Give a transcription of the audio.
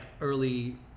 early